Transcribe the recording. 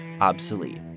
obsolete